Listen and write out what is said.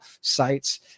sites